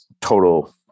total